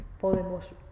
podemos